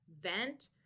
vent